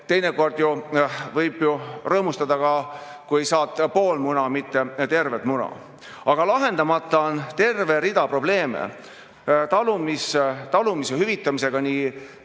Teinekord võib ju rõõmustada ka, kui saad pool muna, mitte terve muna. Aga lahendamata on terve rida probleeme seoses talumise hüvitamisega nii